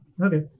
Okay